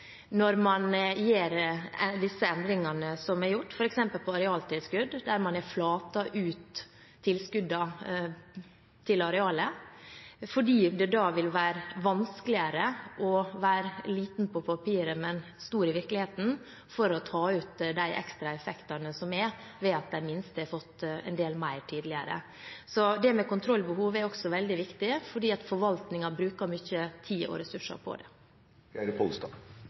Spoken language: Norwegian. endringene som er gjort, f.eks. når det gjelder arealtilskudd. Der har man flatet ut tilskuddene til arealet fordi det da vil være vanskeligere å være liten på papiret, men stor i virkeligheten for å ta ut de ekstra effektene av at de minste har fått en del mer tidligere. Så det med kontrollbehov er veldig viktig, fordi forvaltningen bruker mye tid og ressurser på det.